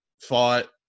fought